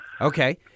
Okay